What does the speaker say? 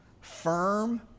firm